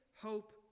Hope